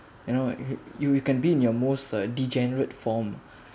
you know you you can be in your most uh degenerate form